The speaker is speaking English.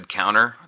counter